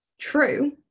true